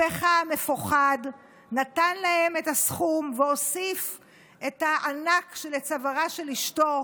הפחה המפוחד נתן להם את הסכום והוסיף את הענק שלצווארה של אשתו,